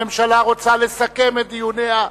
הממשלה רוצה לסכם את דיוניה,